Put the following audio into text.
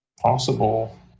possible